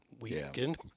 weekend